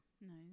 No